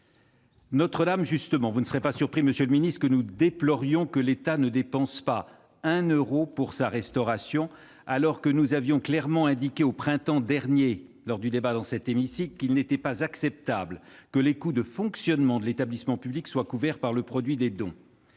Notre-Dame, justement ! Vous ne serez pas surpris, monsieur le ministre, que nous déplorions que l'État ne dépense pas un euro pour sa restauration, alors que nous avions clairement indiqué, au printemps dernier, lors du débat dans cet hémicycle, qu'il n'était pas acceptable que les coûts de fonctionnement de l'établissement public soient couverts par le produit des dons.